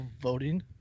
voting